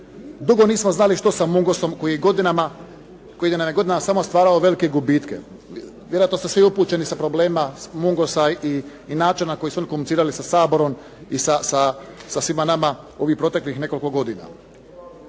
Dugo nismo znali što sa Mungosom koji nam je godinama samo stvarao velike gubitke. Vjerojatno ste svi upućeni sa problemima Mungosa i načina koji su oni komunicirali sa Saborom i sa svima nama ovih proteklih godina.